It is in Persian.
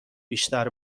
بیشتر